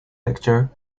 lecture